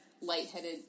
lightheaded